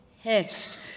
pissed